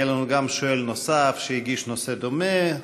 יהיה לנו גם שואל נוסף שהגיש נושא דומה,